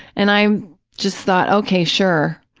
and i just thought, okay, sure.